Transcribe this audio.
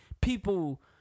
people